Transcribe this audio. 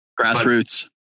Grassroots